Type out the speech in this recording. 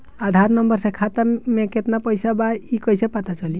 आधार number से खाता में केतना पईसा बा ई क्ईसे पता चलि?